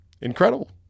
Incredible